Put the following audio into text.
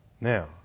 Now